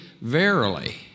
verily